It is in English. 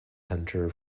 hunter